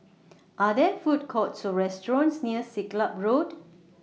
Are There Food Courts Or restaurants near Siglap Road